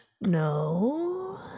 No